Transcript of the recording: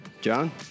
John